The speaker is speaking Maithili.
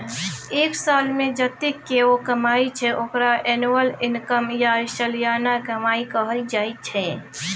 एक सालमे जतेक केओ कमाइ छै ओकरा एनुअल इनकम या सलियाना कमाई कहल जाइ छै